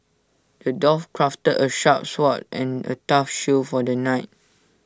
the dwarf crafted A sharp sword and A tough shield for the knight